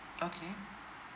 okay